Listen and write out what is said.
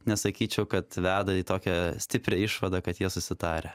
nesakyčiau kad veda į tokią stiprią išvadą kad jie susitarę